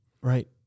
Right